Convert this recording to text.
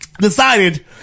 decided